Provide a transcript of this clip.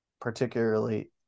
particularly